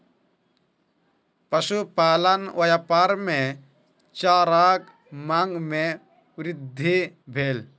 पशुपालन व्यापार मे चाराक मांग मे वृद्धि भेल